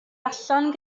allan